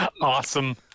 Awesome